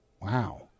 wow